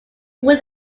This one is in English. would